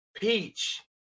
Peach